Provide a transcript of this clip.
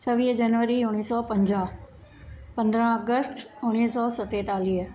छवीह जनवरी उणिवीह सौ पंजाह पंद्रहं अगस्ट उणिवीह सौ सतेतालीह